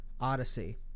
Odyssey